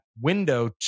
window